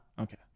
Okay